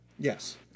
Yes